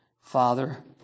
Father